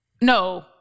No